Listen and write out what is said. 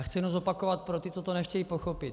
Chci jenom zopakovat pro ty, co to nechtějí pochopit.